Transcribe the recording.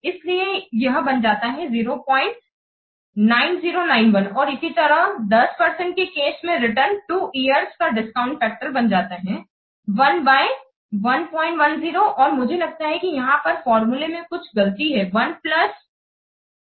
इसलिए यह बन जाता है 09091 और इसी तरह 10 परसेंटके केस में रिटर्न 2 इयर्सका डिस्काउंट फैक्टर बन जाता है 1 बाय 110 और मुझे लगता है कि यहां पर फार्मूले में कुछ गलती है 1 प्लस r की पावर t